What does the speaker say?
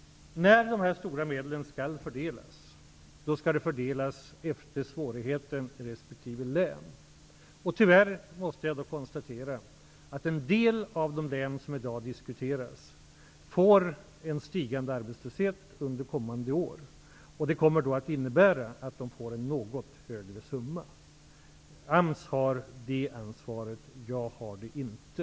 När dessa stora medel skall fördelas, skall det göras efter svårigheten i resp. län. Tyvärr måste jag då konstatera att en del av de län som i dag diskuteras får en stigande arbetslöshet under kommande år. Detta kommer att innebära att de får en något högre summa. AMS har det ansvaret. Jag har det inte.